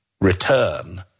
return